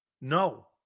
No